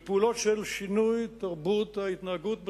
לפעולות של שינוי תרבות ההתנהגות בציבור.